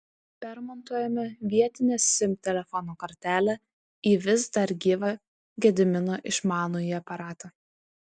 permontuojame vietinę sim telefono kortelę į vis dar gyvą gedimino išmanųjį aparatą